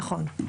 נכון.